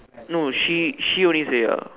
no she she only say ah